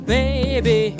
baby